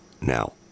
Now